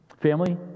Family